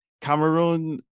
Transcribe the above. Cameroon